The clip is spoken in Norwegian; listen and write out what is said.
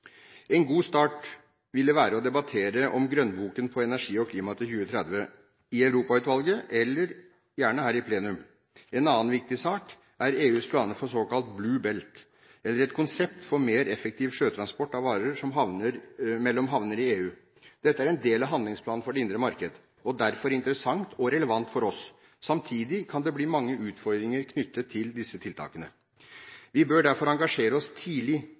En god start ville være en debatt om grønnboken om energi og klima til 2030 – i Europautvalget eller gjerne her i plenum. En annen viktig sak er EUs planer for såkalt «Blue Belt» – et konsept for mer effektiv sjøtransport av varer mellom havner i EU. Dette er en del av handlingsplanen for det indre marked og derfor interessant og relevant for oss. Samtidig kan det bli mange utfordringer knyttet til disse tiltakene. Vi bør derfor engasjere oss tidlig